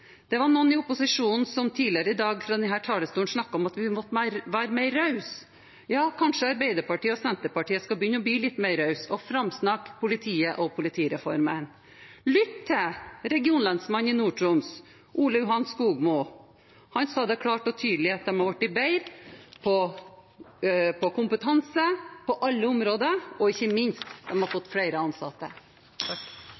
Det var noen fra opposisjonen som tidligere i dag fra denne talerstol snakket om at vi måtte være mer rause. Ja, kanskje Arbeiderpartiet og Senterpartiet skal begynne å bli litt mer rause og framsnakke politiet og politireformen. Lytt til regionlensmann Ole Johan Skogmo i Nord-Troms. Han sa klart og tydelig at de har blitt bedre på kompetanse på alle områder, og ikke minst har